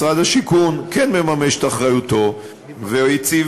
משרד הבינוי והשיכון כן מממש את אחריותו והוא הציב